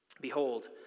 Behold